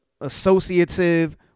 associative